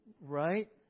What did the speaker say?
Right